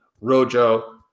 Rojo